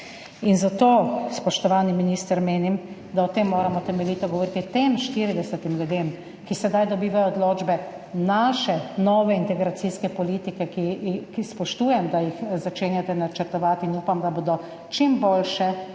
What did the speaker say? Zato, spoštovani minister, menim, da moramo o tem temeljito govoriti. Tem 40 ljudem, ki sedaj dobivajo odločbe, naše nove integracijske politike – spoštujem, da jo začenjate načrtovati, in upam, da bodo čim boljše